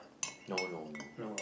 no no no